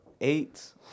eight